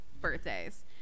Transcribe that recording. birthdays